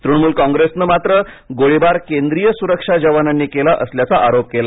तृणमूल कॉंग्रेसनं मात्र गोळीबार केंद्रीय सुरक्षा जवानांनी केला असल्याचा आरोप केला